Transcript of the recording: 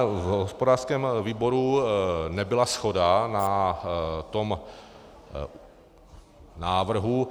V hospodářském výboru nebyla shoda na tom návrhu.